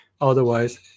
otherwise